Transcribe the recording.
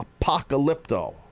Apocalypto